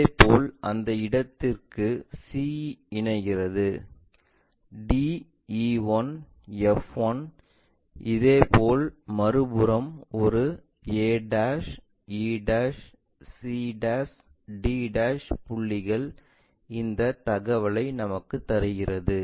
இதேபோல் அந்த இடத்திற்கு c இணைகிறது d e 1 f 1 இதேபோல் மறுபுறம் ஒரு a e c d புள்ளிகள் இந்தத் தகவலை நமக்குத் தருகிறது